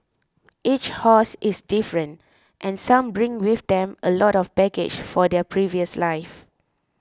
each horse is different and some bring with them a lot of baggage for their previous lives